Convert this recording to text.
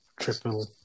triple